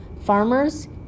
farmers